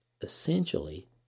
essentially